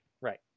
Right